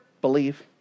believe